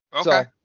Okay